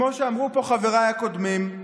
כמו שאמרו כאן חבריי הקודמים,